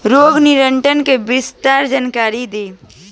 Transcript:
रोग नियंत्रण के विस्तार जानकारी दी?